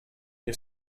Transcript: nie